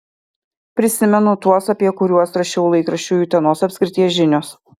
prisimenu tuos apie kuriuos rašiau laikraščiui utenos apskrities žinios